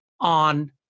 on